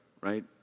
right